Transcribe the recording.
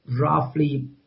roughly